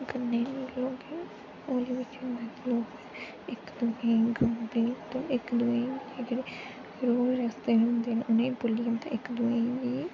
कन्नै लोकें ई होली बिच बी लोक इक दूऐ गी रंग मलदे ते जेह्के रोज़ रस्ते जंदे न उ'नें ई भु'ल्ली जंदे ते इक दूऐ गी